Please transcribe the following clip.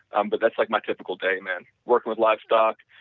um but that's like my typical day man. work with livestock,